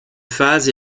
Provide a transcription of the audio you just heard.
phase